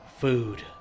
food